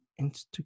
Instagram